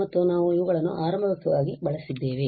ಮತ್ತು ನಾವು ಇವುಗಳನ್ನು ಆರಂಭಿಕವಾಗಿ ಬಳಸಿದ್ದೇವೆ